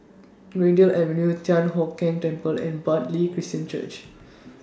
Greendale Avenue Thian Hock Keng Temple and Bartley Christian Church